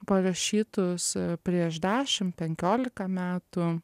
parašytus prieš dešim penkiolika metų